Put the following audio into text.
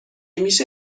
میشه